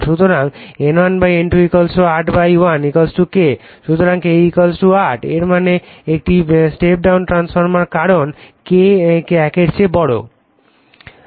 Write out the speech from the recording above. সুতরাং N1 N2 8 1 K সুতরাং K 8 এর মানে এটি একটি স্টেপ ডাউন ট্রান্সফরমার কারণ K এর চেয়ে বড়